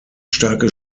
starke